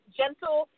gentle